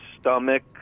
stomach